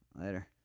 Later